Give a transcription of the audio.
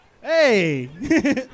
Hey